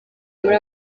muri